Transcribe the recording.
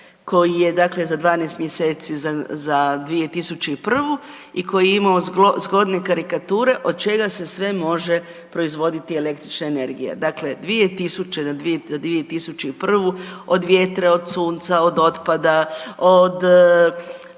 koji je za 12 mjeseci za 2001. i koji je imao zgodne karikature od čega se sve može proizvoditi električna energija, dakle 2000. na 2001. od vjetra, od sunca, od otpada, od